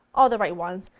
all the right ones.